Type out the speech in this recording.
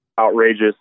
outrageous